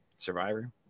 Survivor